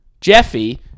Jeffy